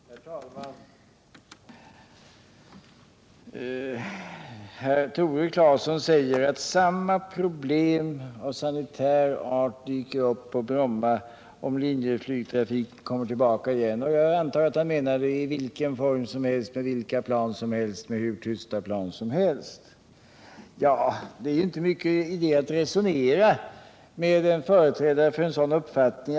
Herr talman! Herr Tore Claeson säger att samma problem av sanitär art dyker upp på Bromma om linjeflygtrafik kommer tillbaka, och jag antar att han menade i vilken form som helst, med vilka plan som helst, med hur tysta plan som helst. Ja, det är inte mycket idé att resonera med en företrädare för en sådan uppfattning.